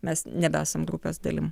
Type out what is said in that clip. mes nebesam grupės dalim